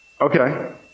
Okay